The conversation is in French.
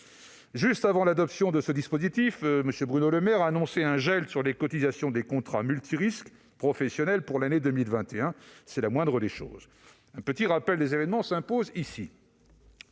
Juste avant l'adoption de ce dispositif, M. Bruno Le Maire annonçait un gel des cotisations des contrats multirisques professionnels pour l'année 2021. C'est la moindre des choses ! Un petit rappel des événements s'impose :